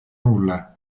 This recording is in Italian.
nulla